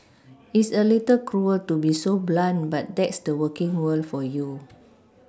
it's a little cruel to be so blunt but that's the working world for you